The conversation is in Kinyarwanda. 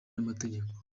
n’amategeko